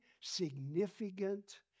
significant